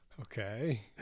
Okay